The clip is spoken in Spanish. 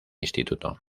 instituto